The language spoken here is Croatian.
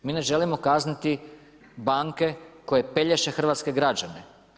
Mi ne želimo kazniti banke koje pelješe hrvatske građane.